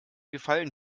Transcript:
gefallen